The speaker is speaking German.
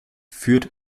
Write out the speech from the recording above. führt